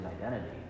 identity